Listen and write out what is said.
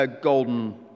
golden